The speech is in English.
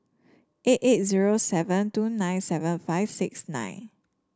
eight eight zero seven two nine seven five six nine